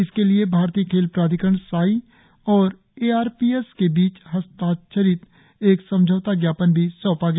इसके लिए भारतीय खेल प्राधिकरण साई और एआरपीएस के बीच हस्ताक्षरित एक समझौता ज्ञापन भी सौंपा गया